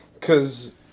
cause